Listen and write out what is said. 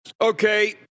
Okay